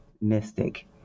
mystic